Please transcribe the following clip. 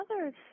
others